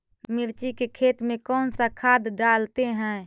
मिर्ची के खेत में कौन सा खाद डालते हैं?